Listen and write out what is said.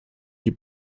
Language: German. die